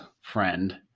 friend